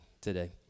today